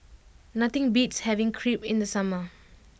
nothing beats having Crepe in the summer